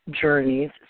journeys